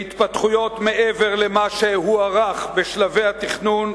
והתפתחויות מעבר למה שהוערך בשלבי התכנון,